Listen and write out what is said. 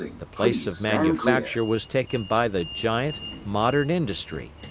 the place of manufacture was taken by the giant, modern industry,